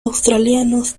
australianos